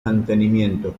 mantenimiento